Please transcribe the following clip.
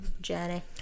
Journey